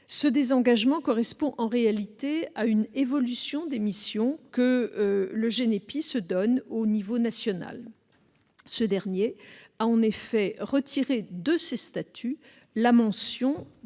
Ce désengagement correspond en réalité à une évolution des missions que le GENEPI se donne au niveau national. En effet, l'association a retiré de ses statuts la mention